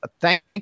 thank